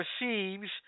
receives